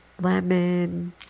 lemon